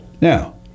Now